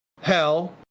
hell